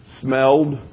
smelled